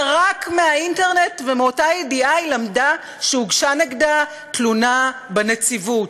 שרק מהאינטרנט ומאותה ידיעה למדה שהוגשה נגדה תלונה בנציבות.